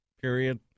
Period